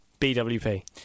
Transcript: BWP